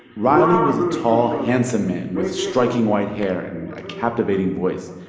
riley was a tall, handsome man with a striking white hair and and a captivating voice.